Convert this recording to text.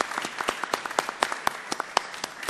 (מחיאות כפיים)